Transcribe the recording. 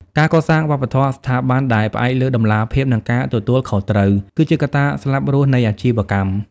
ការកសាងវប្បធម៌ស្ថាប័នដែលផ្អែកលើ "តម្លាភាព និងការទទួលខុសត្រូវ" គឺជាកត្តាស្លាប់រស់នៃអាជីវកម្ម។